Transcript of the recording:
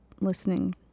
listening